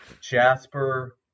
Jasper